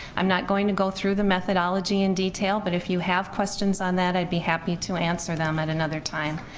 i'm not going to go through the methodology in detail, but if you have questions on that i'd be happy to answer them at another time.